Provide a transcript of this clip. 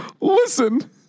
listen